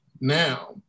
now